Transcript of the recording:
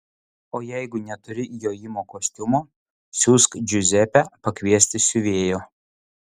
o jeigu neturi jojimo kostiumo siųsk džiuzepę pakviesti siuvėjo